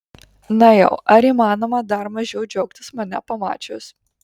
na jau ar įmanoma dar mažiau džiaugtis mane pamačius